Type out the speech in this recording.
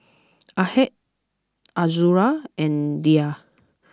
Ahad Azura and Dhia